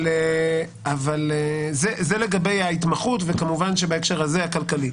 זה לגבי ההתמחות וכמובן בהקשר הכלכלי.